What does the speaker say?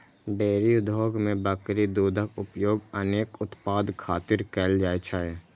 dairy उद्योग मे बकरी दूधक उपयोग अनेक उत्पाद खातिर कैल जाइ छै